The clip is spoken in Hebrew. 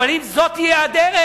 אבל אם זאת תהיה הדרך,